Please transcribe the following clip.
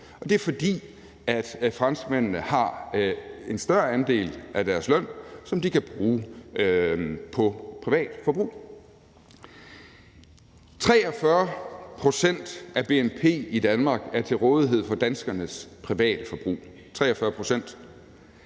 det er, fordi franskmændene har en større andel af deres løn, som de kan bruge på privat forbrug. Kl. 14:19 43 pct. af bnp i Danmark er til rådighed for danskernes private forbrug – 43 pct.